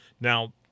Now